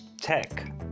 tech